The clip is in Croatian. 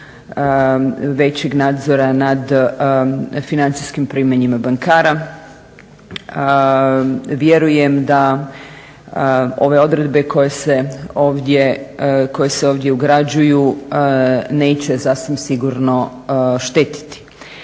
većeg nadzora nad financijskim primanjima bankara. Vjerujem da ove odredbe koje se ovdje ugrađuju neće sasvim sigurno štetiti